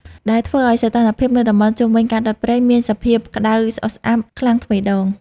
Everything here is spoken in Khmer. ដែលធ្វើឱ្យសីតុណ្ហភាពនៅតំបន់ជុំវិញការដុតព្រៃមានសភាពក្ដៅស្អុះស្អាប់ខ្លាំងទ្វេដង។